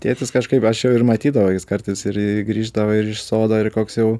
tėtis kažkaip aš jau ir matydavau jis kartais ir grįždavo ir iš sodo ir koks jau